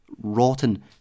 rotten